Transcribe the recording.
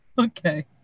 Okay